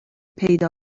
پیدا